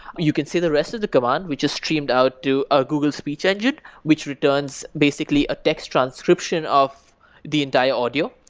you can say the rest of the command which is streamed out to a google speech engine which returns basically a text transcription of the entire audio.